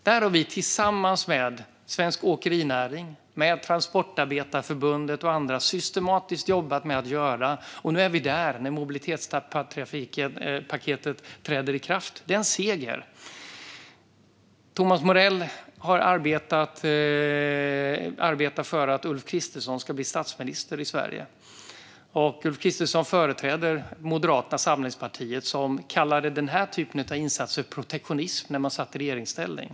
Vi har tillsammans med svensk åkerinäring, Transportarbetarförbundet och andra systematiskt jobbat med detta, och nu är vi där, när mobilitetspaketet träder i kraft. Det är en seger. Thomas Morell arbetar för att Ulf Kristersson ska bli statsminister i Sverige. Ulf Kristersson företräder Moderata samlingspartiet, som kallade denna typ av insatser protektionism när man satt i regeringsställning.